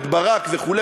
ברק וכו',